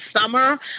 summer